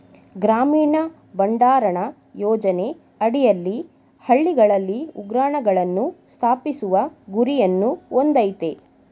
ಗ್ರಾಮೀಣ ಭಂಡಾರಣ ಯೋಜನೆ ಅಡಿಯಲ್ಲಿ ಹಳ್ಳಿಗಳಲ್ಲಿ ಉಗ್ರಾಣಗಳನ್ನು ಸ್ಥಾಪಿಸುವ ಗುರಿಯನ್ನು ಹೊಂದಯ್ತೆ